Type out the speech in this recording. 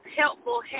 helpful